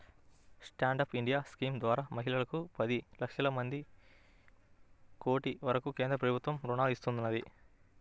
stand up India scheme ద్వారా మహిళలకు పది లక్షల నుంచి కోటి వరకు కేంద్ర ప్రభుత్వం రుణాలను ఇస్తున్నది